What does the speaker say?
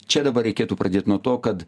čia dabar reikėtų pradėt nuo to kad